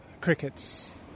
Crickets